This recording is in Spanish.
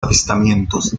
avistamientos